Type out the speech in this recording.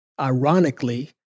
Ironically